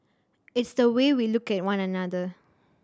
it's the way we look at one another